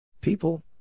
People